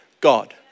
God